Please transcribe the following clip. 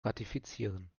ratifizieren